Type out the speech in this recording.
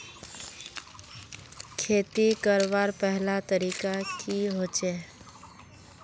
खेती करवार पहला तरीका की होचए?